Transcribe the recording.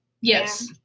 Yes